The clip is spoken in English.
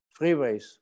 freeways